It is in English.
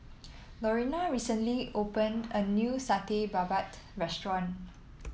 Lorena recently opened a new Satay Babat restaurant